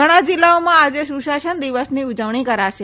ઘણા જિલ્લાઓમાં આજે સુશાસન દિવસની ઉજવણી કરાશે